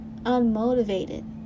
unmotivated